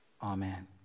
Amen